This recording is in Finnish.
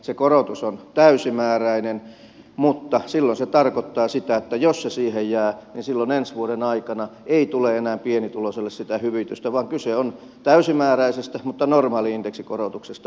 se korotus on täysimääräinen mutta silloin se tarkoittaa sitä että jos se siihen jää niin silloin ensi vuoden aikana ei tule enää pienituloisille sitä hyvitystä vaan kyse on täysimääräisestä mutta normaali indeksikorotuksesta